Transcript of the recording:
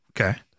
Okay